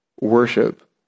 worship